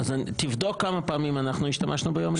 תבדוק כמה פעמים אנחנו השתמשנו ביום ראשון,